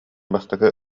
бастакы